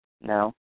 no